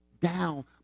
down